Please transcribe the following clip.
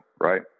right